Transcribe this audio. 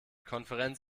konferenz